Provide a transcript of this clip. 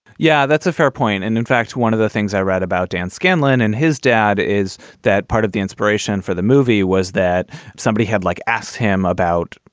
yeah. that's a fair point. and in fact, one of the things i read about dan scanlon and his dad is that part of the inspiration for the movie was that somebody had like asked him about,